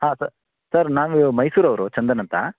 ಹಾಂ ಸರ್ ನಾವು ಮೈಸೂರವರು ಚಂದನ್ ಅಂತ